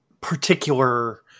particular